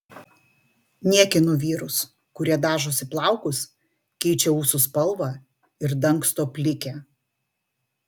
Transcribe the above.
niekinu vyrus kurie dažosi plaukus keičia ūsų spalvą ir dangsto plikę